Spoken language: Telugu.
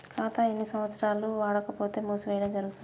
ఖాతా ఎన్ని సంవత్సరాలు వాడకపోతే మూసివేయడం జరుగుతుంది?